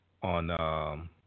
on